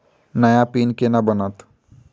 नया पिन केना बनत?